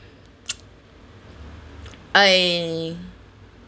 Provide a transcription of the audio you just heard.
I